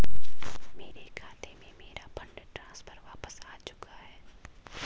मेरे खाते में, मेरा फंड ट्रांसफर वापस आ चुका है